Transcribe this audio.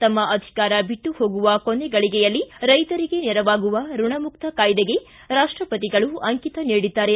ತಮ್ಮ ಅಧಿಕಾರ ಬಿಟ್ಟುಹೋಗುವ ಕೊನೆ ಗಳಿಗೆಯಲ್ಲಿ ರೈತರಿಗೆ ನೆರವಾಗುವ ಋಣ ಮುಕ್ತ ಕಾಯ್ದೆಗೆ ರಾಷ್ಟಪತಿಗಳು ಅಂಕಿತ ನೀಡಿದ್ದಾರೆ